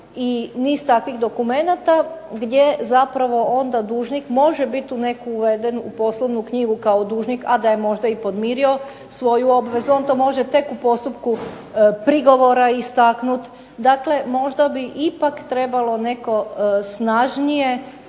i niz takvih dokumenata gdje zapravo onda dužnik može biti u neku uveden u poslovnu knjigu kao dužnik, a da je možda i podmirio svoju obvezu, on to može tek u postupku prigovora istaknuti. Dakle, možda bi ipak trebalo neki snažniji